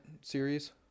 series